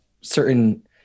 certain